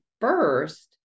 first